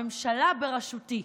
הממשלה בראשותי,